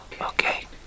Okay